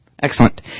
Excellent